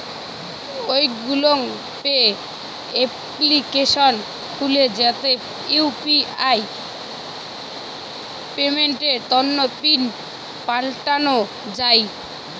Google Pay application খুলে যাতে UPI পেমেন্টের তন্ন পিন পাল্টানো যাই